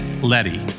Letty